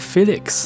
Felix